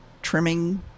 trimming